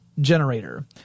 generator